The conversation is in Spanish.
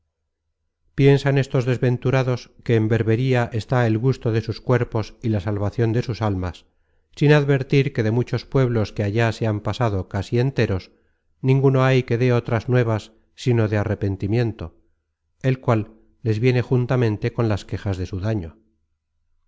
piensan estos desventurados que en berbería está el gusto de sus cuerpos y la salvacion de sus almas sin advertir que de muchos pueblos que allá se han pasado casi enteros ninguno hay que de otras nuevas sino de arrepentimiento el cual les viene juntamente con las quejas de su daño